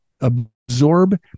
absorb